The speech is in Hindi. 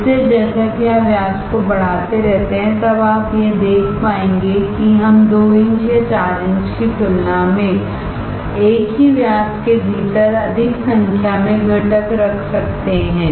इसलिए जैसा कि आप व्यास को बढ़ाते रहते हैं तब आप यह देख पाएंगे कि हम 2 इंच या 4 इंच की तुलना में एक ही व्यास के भीतर अधिक संख्या में घटक रख सकते हैं